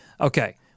Okay